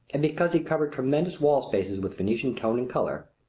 and because he covered tremendous wall-spaces with venetian tone and color,